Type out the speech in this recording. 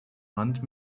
hand